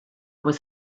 was